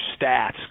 stats